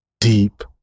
deep